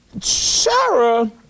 Sarah